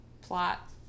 plot